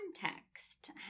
context